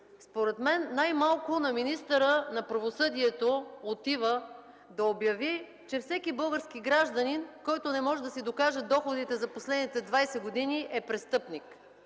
Според мен най-малко на министъра на правосъдието отива да обяви, че всеки български гражданин, който не може да си докаже доходите за последните 20 години, е престъпник,